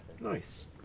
Nice